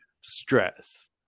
stress